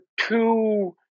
two